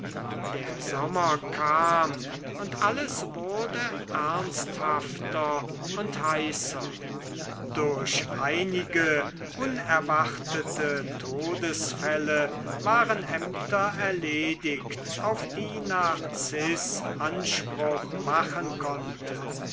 der sommer kam und alles wurde ernsthafter und heißer durch einige unerwartete todesfälle waren ämter erledigt auf die narziß anspruch machen konnte